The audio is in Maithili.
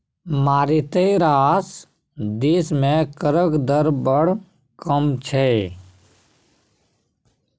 मारिते रास देश मे करक दर बड़ कम छै